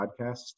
Podcast